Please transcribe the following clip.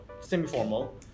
semi-formal